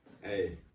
Hey